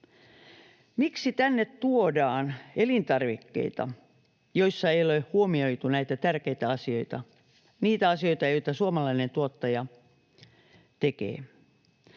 Miksi tänne tuodaan elintarvikkeita, joissa ei ole huomioitu näitä tärkeitä asioita — niitä asioita, joita suomalainen tuottaja tekee?